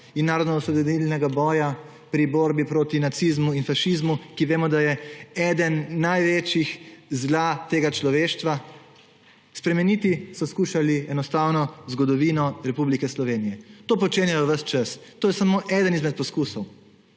in narodnoosvobodilnega boja pri borbi proti nacizmu in fašizmu, za katerega vemo, da je eden največjih zla tega človeštva. Enostavno so poskušali spremeniti zgodovino Republike Slovenije. To počenjajo ves čas. To je samo eden izmed poizkusov.